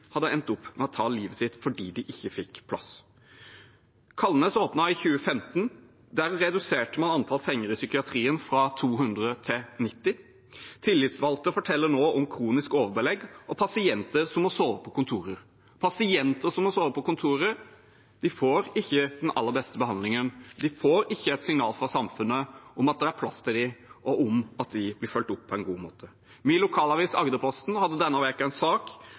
ikke fikk plass. Kalnes åpnet i 2015. Der reduserte vi antall senger i psykiatrien fra 200 til 90. Tillitsvalgte forteller nå om kronisk overbelegg og pasienter som må sove på kontorer. Pasienter som må sove på kontorer, får ikke den aller beste behandlingen, de får ikke et signal fra samfunnet om at det er plass til dem, og om at de blir fulgt opp på en god måte. Min lokalavis, Agderposten, hadde denne uka en sak